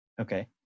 Okay